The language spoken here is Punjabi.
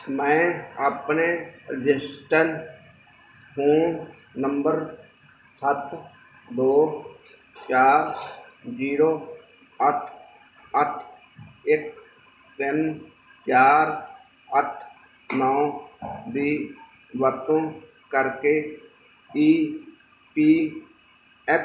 ਮੈਂ ਆਪਣੇ ਰਜਿਸਟਨ ਫੋਨ ਨੰਬਰ ਸੱਤ ਦੋ ਚਾਰ ਜ਼ੀਰੋ ਅੱਠ ਅੱਠ ਇੱਕ ਤਿੰਨ ਚਾਰ ਅੱਠ ਨੌਂ ਦੀ ਵਰਤੋਂ ਕਰਕੇ ਈ ਪੀ ਐਫ